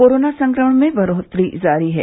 corona संक्रमण में बढोतरी जारी है